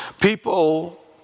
People